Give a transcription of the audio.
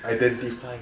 identify